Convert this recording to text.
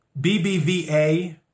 BBVA